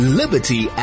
liberty